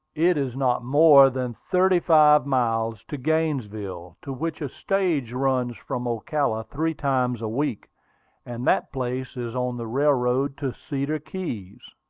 it is not more than thirty-five miles to gainesville, to which a stage runs from ocala three times a week and that place is on the railroad to cedar keys.